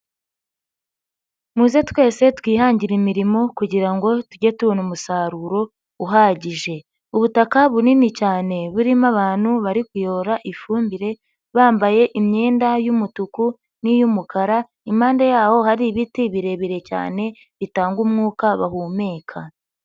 Muze twese twihangire imirimo kugirango ngo tujye tubona umusaruro uhagije. Ubutaka bunini cyane burimo abantu bari kuyora ifumbire bambaye imyenda y'umutuku n'iy'umukara impande ya hari ibiti birebire cyane bitanga umwuka bahumeka.